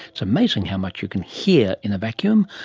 it's amazing how much you can hear in a vacuum.